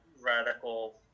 radical